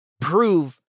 prove